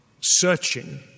searching